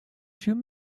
shoot